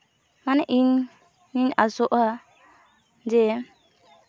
ᱢᱟᱱᱮ ᱤᱧᱤᱧ ᱟᱥᱚᱜᱼᱟ ᱡᱮ